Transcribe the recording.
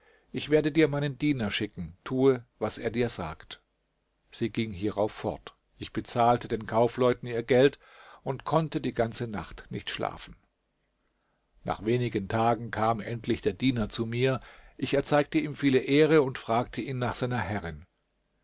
ich werde dir meinen diener schicken tue was er dir sagt sie ging hierauf fort ich bezahlte den kaufleuten ihr geld und konnte die ganze nacht nicht schlafen nach wenigen tagen kam endlich der diener zu mir ich erzeigte ihm viele ehre und fragte ihn nach seiner herrin